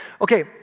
Okay